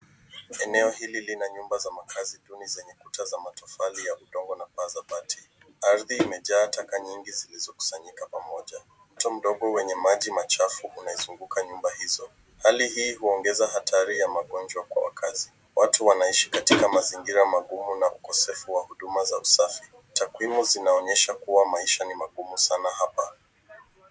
Eneo hili lina nyumba za makazi duni zenye kuta za matofali ya udongo na paa za mabati. Aridhi zimejaa taka nyingi zilizo kusanyika pamoja. Mto mdogo wenye maji machafu umezunguka nyumba hizo, hali hii unaongeza hatari ya mangonjwa kwa wakazi. Watu wanaishi katika mazingira mangumu na ukosefu wa huduma za usafi. Takwimu zinaonyesha kuwa maisha ni mangumu sana hapa.